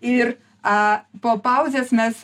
ir a po pauzės mes